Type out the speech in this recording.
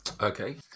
okay